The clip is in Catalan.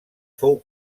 fou